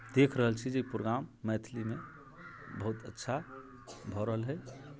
देख रहल छी जे ई प्रोग्राम मैथिलीमे बहुत अच्छा भऽ रहल हइ